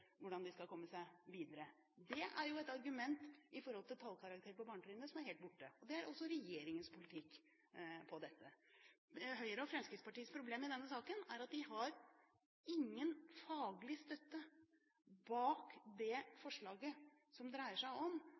hvordan de skal komme seg videre. Det er et argument i forhold til tallkarakterer på barnetrinnet som er helt borte. Det er også regjeringens politikk på dette området. Høyre og Fremskrittspartiets problem i denne saken er at de ikke har noen faglig støtte bak det forslaget som dreier seg om